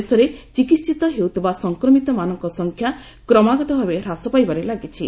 ଦେଶରେ ଚିକିିିତ ହେଉଥିବା ସଂକ୍ରମିତମାନଙ୍କ ସଂଖ୍ୟା କ୍ରମାଗତ ଭାବେ ହ୍ରାସ ପାଇବାରେ ଲାଗିଛି